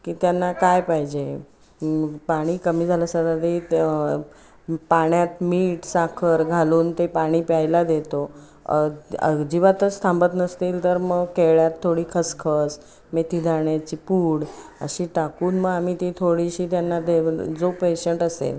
की त्यांना काय पाहिजे पाणी कमी झालं असलं तरी त पाण्यात मीठ साखर घालून ते पाणी प्यायला देतो अजिबातच थांबत नसतील तर मग केळ्यात थोडी खसखस मेथी दाण्याची पूड अशी टाकून मग आम्ही ती थोडीशी त्यांना देव जो पेशंट असेल